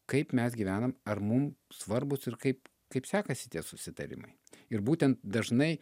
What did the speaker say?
kaip mes gyvenam ar mum svarbūs ir kaip kaip sekasi tie susitarimai ir būtent dažnai